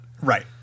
Right